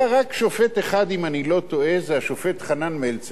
היה רק שופט אחד, אם אני לא טועה זה השופט מלצר,